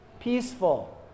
peaceful